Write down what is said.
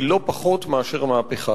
היא לא פחות מאשר מהפכה.